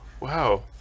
Wow